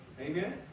Amen